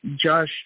Josh